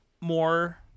more